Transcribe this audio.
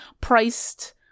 priced